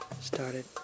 started